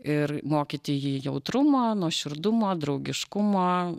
ir mokyti jį jautrumo nuoširdumo draugiškumo